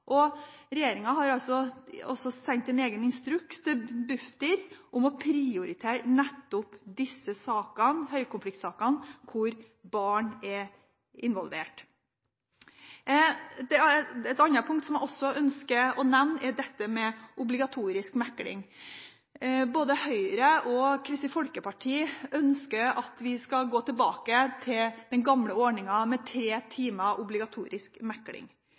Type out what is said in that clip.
har også sendt en egen instruks til Bufdir om å prioritere nettopp høykonfliktsakene hvor barn er involvert. Et annet punkt som jeg også ønsker å nevne, er dette med obligatorisk mekling. Både Høyre og Kristelig Folkeparti ønsker at vi skal gå tilbake til den gamle ordningen med tre timer obligatorisk mekling.